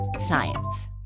Science